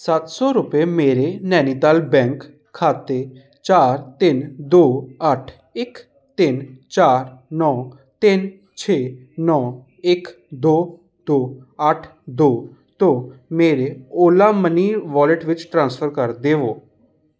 ਸੱਤ ਸੌ ਰੁਪਏ ਮੇਰੇ ਨੈਨੀਤਾਲ ਬੈਂਕ ਖਾਤੇ ਚਾਰ ਤਿੰਨ ਦੋ ਅੱਠ ਇੱਕ ਤਿੰਨ ਚਾਰ ਨੌ ਤਿੰਨ ਛੇ ਨੌ ਇੱਕ ਦੋ ਦੋ ਅੱਠ ਦੋ ਤੋਂ ਮੇਰੇ ਓਲਾ ਮਨੀ ਵਾਲਿਟ ਵਿੱਚ ਟ੍ਰਾਂਸਫਰ ਕਰ ਦੇਵੋ